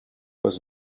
was